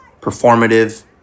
performative